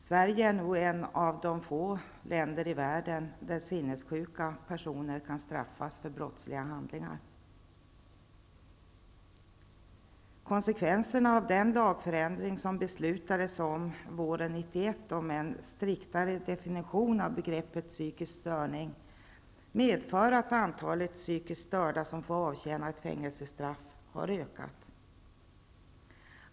Sverige är ett av få länder i världen där sinnessjuka personer kan straffas för brottsliga handlingar. Konsekvenserna av den lagändring som det beslutades om våren 1991, om en striktare definition av begreppet psykisk störning, medför att antalet psykiskt störda som får avtjäna fängelsstraff har ökat.